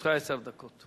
לרשותך עשר דקות.